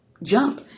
jump